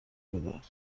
بدهد